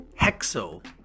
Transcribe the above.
hexo